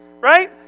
Right